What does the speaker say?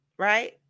right